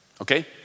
Okay